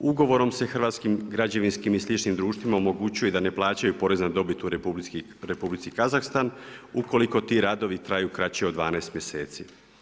Ugovorom se hrvatskim građevinskim i sličnim društvima omogućuje da ne plaćaju porez na dobit u Republici Kazahstan ukoliko ti radovi traju kraće od 12 mjeseci.